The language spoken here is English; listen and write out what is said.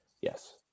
Yes